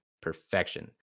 perfection